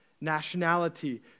nationality